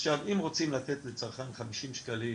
עכשיו אם רוצים לתת לצרכן 50 שקלים